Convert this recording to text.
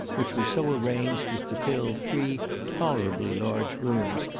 which were so arranged as to fill three tolerably large rooms,